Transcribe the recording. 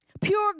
Pure